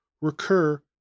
recur